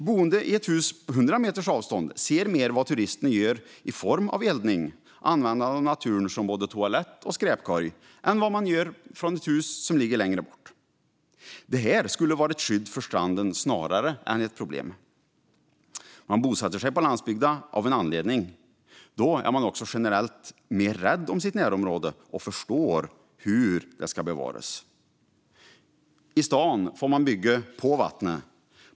Boende i ett hus på 100 meters avstånd ser mer vad turisterna gör i form av eldning och användande av naturen som både toalett och skräpkorg än vad man gör från ett hus som ligger längre bort. Detta skulle vara ett skydd för stranden snarare än ett problem. Man bosätter sig på landsbygden av en anledning. Då är man också generellt mer rädd om sitt närområde och förstår hur det ska bevaras. I staden får man bygga på vattnet.